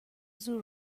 زور